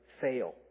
fail